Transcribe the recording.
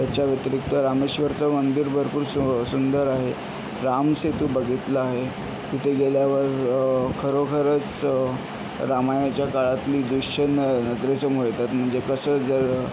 त्याच्या व्यतिरिक्त रामेश्वरचं मंदिर भरपूर सो सुंदर आहे रामसेतू बघितला आहे तिथे गेल्यावर खरोखरच रामायच्या काळातली दृश्य न नजरेसमोर येतात म्हणजे कसं जर